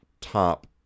top